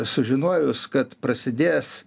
sužinojus kad prasidės